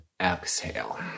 exhale